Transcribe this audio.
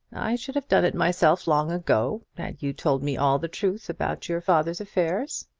i should have done it myself long ago, had you told me all the truth about your father's affairs.